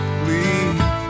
please